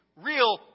real